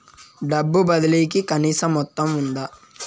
డబ్బు బదిలీ కి కనీస మొత్తం ఉందా?